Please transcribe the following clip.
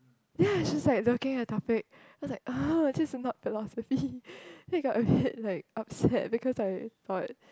ya I was just like looking at the topic cause like uh this is not philosophy then you got a feel like upset because I thought